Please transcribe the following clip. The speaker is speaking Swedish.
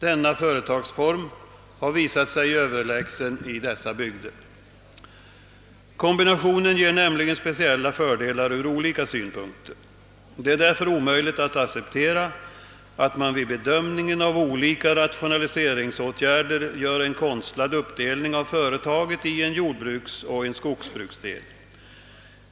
Denna företagsform har visat sig Överlägsen i dessa bygder. Kombinationen ger nämligen speciella fördelar ur olika synpunkter. Det är därför omöjligt att ac ceptera att man vid bedömningen av skilda rationaliseringsåtgärder gör en konstlad uppdelning av företaget i en jordbruksoch en skogsbruksdel.